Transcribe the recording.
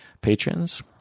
patrons